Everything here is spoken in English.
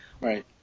Right